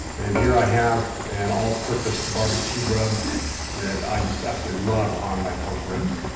and here i have an all-purpose barbecue rub that i just absolutely love on my pork ribs.